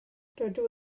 rydw